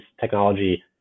technology